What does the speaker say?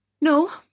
No